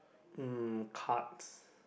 um cards